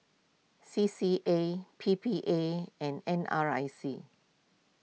C C A P P A and N R I C